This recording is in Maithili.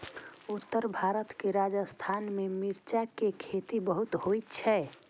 उत्तर भारत के राजस्थान मे मिर्च के खेती बहुत होइ छै